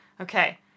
okay